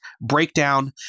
breakdown